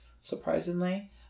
surprisingly